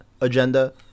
agenda